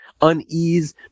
unease